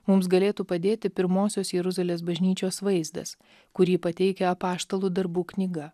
mums galėtų padėti pirmosios jeruzalės bažnyčios vaizdas kurį pateikia apaštalų darbų knyga